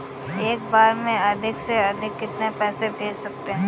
एक बार में अधिक से अधिक कितने पैसे भेज सकते हैं?